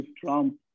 Trump